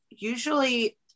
Usually